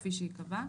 כפי שייקבע."